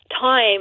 time